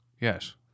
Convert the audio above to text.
yes